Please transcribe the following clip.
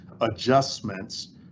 adjustments